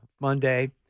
Monday